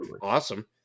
Awesome